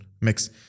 mix